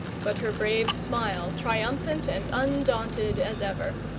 but her brave smile triumphant and undaunted as ever.